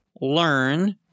learn –